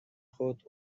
خود